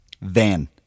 van